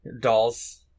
Dolls